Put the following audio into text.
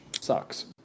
sucks